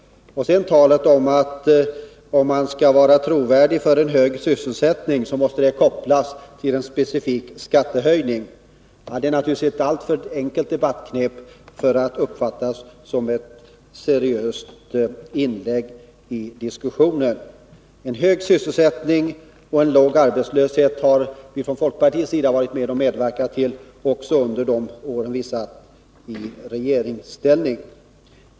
Låt mig sedan också bemöta talet om att man, om man säger sig vilja verka för en hög sysselsättning, måste koppla detta till en specifik skattehöjning för att vara trovärdig. Det är naturligtvis ett alltför enkelt debattknep för att uppfattas som ett seriöst inlägg i diskussionen. Vi har från folkpartiet medverkat till hög sysselsättning och låg arbetslöshet också under de år då vi satt i regeringsställning.